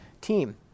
team